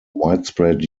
widespread